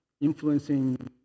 influencing